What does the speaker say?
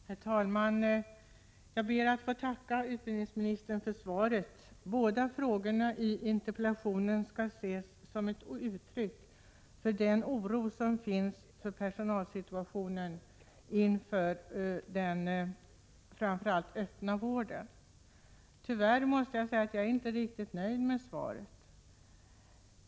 Herr talman! Jag ber att få tacka utbildningsministern för svaret. Båda frågorna i interpellationen skall ses som ett uttryck för den oro som finns för personalsituationen inom framför allt den öppna vården. Tyvärr måste jag säga att jag inte är riktigt nöjd med svaret.